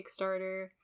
kickstarter